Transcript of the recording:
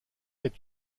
est